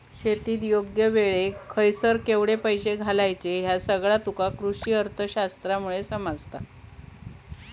शेतीत योग्य वेळेक खयसर केवढे पैशे घालायचे ह्या सगळा तुका कृषीअर्थशास्त्रामुळे समजता